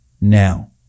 now